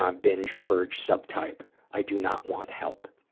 um binge purge sub-type. i do not want help.